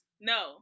No